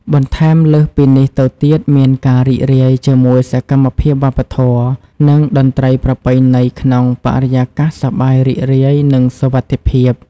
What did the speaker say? បន្ថែមលើសពីនេះទៅទៀតមានការរីករាយជាមួយសកម្មភាពវប្បធម៌ និងតន្ត្រីប្រពៃណីក្នុងបរិយាកាសសប្បាយរីករាយ និងសុវត្ថិភាព។